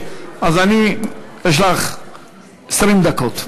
יש לך 20 דקות.